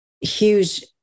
huge